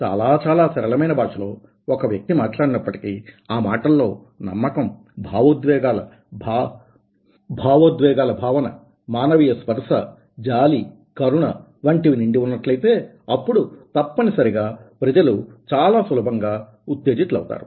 చాలా చాలా సరళమైన భాషలో ఒక వ్యక్తి మాట్లాడినప్పటికీ ఆ మాటలలో నమ్మకం భావోద్వేగాల భావన మానవీయ స్పర్శ జాలి కరుణ వంటివి నిండి ఉన్నట్లయితే అప్పుడు తప్పనిసరిగా ప్రజలు చాలా సులభంగా ఉత్తేజితులు అవుతారు